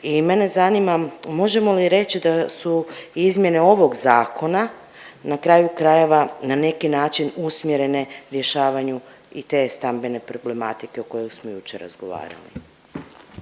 i mene zanima možemo li reći da su izmjene ovog zakona na kraju krajeva na neki način usmjerene rješavanju i te stambene problematike o kojoj smo jučer razgovarali.